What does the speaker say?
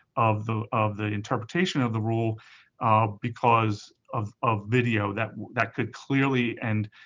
of the of the interpretation of the rule because of of video that that could clearly, and